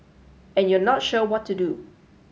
and you're not sure what to do